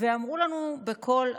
ואמרו לנו בקול רם: